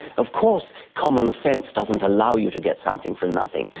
of course common sense doesn't allow you to get something from nothing.